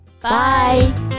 Bye